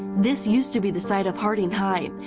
this used to be the site of harding high,